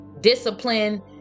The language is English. discipline